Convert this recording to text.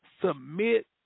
submit